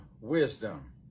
wisdom